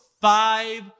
five